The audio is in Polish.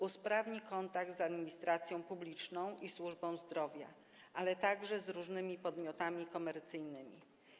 Usprawni kontakt z administracją publiczną i służbą zdrowia, ale także z różnymi podmiotami komercyjnymi.